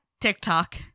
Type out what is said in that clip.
TikTok